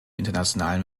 internationalen